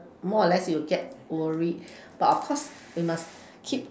more or less you'll get worry but of course we must keep